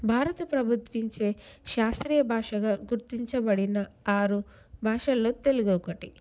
భారత ప్రభుత్వించే శాస్త్రీయ భాషగా గుర్తించబడిన ఆరు భాషల్లో తెలుగొకటి